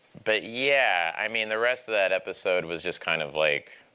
but yeah, i mean, the rest of that episode was just kind of like